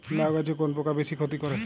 লাউ গাছে কোন পোকা বেশি ক্ষতি করে?